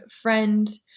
friend